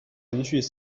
程序